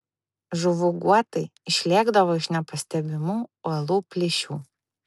žuvų guotai išlėkdavo iš nepastebimų uolų plyšių